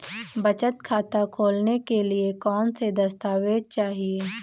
बचत खाता खोलने के लिए कौनसे दस्तावेज़ चाहिए?